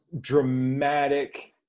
dramatic